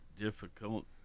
difficult